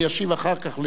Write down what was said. אדוני ישיב ואחר כך,